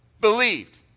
Believed